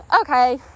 okay